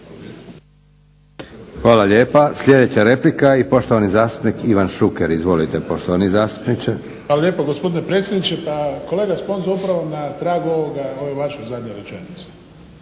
Hvala lijepa. Sljedeća replika i poštovani zastupnik Ivan Šuker. Izvolite poštovani zastupniče. **Šuker, Ivan (HDZ)** Hvala lijepo gospodine predsjedniče. Pa kolega Sponza, upravo na tragu ovoga, ove vaše zadnje rečenice.